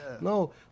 No